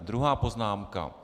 Druhá poznámka.